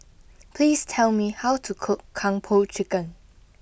please tell me how to cook Kung Po chicken